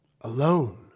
alone